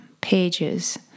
pages